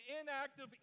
inactive